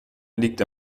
liegt